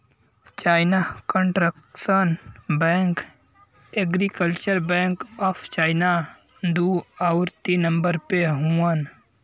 China construction bank, agriculture bank of China दू आउर तीन नम्बर पे हउवन